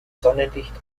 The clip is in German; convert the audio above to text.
sonnenlicht